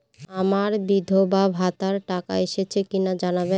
আমার বিধবাভাতার টাকা এসেছে কিনা জানাবেন?